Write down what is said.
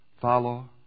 follow